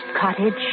cottage